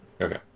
Okay